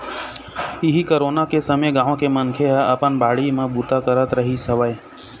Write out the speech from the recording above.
इहीं कोरोना के समे गाँव के मनखे ह अपन बाड़ी म बूता करत रिहिस हवय